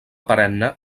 perenne